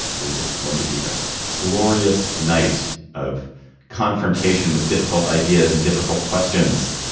is it going to be a glorious night of confrontation with difficult ideas and difficult questions.